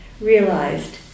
realized